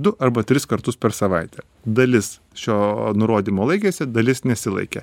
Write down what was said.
du arba tris kartus per savaitę dalis šio nurodymo laikėsi dalis nesilaikė